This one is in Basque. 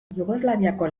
jugoslaviako